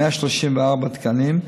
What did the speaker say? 134 תקנים,